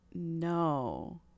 No